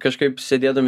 kažkaip sėdėdami